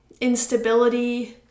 instability